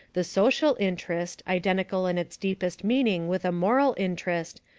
the social interest, identical in its deepest meaning with a moral interest,